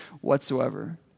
whatsoever